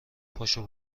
پاشو